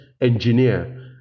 engineer